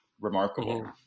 remarkable